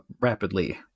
rapidly